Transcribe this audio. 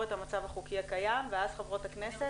את המצב החוקי הקיים ואז חברות הכנסת.